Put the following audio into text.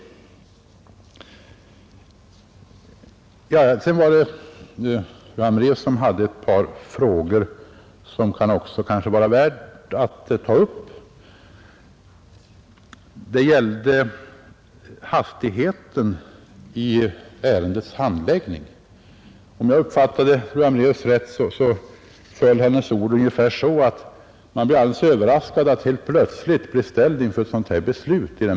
Fru Hambraeus reste ett par frågor som det också kan vara värt att ta upp. Det gällde snabbheten i ärendets handläggning. Om jag fattade fru Hambraeus rätt föll hennes ord ungefär så, att man i den berörda bygden blev överraskad över att helt plötsligt ställas inför ett sådant här beslut.